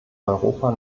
europa